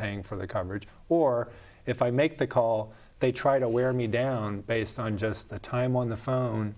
paying for the coverage or if i make the call they try to wear me down based on just the time on the phone